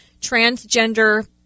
transgender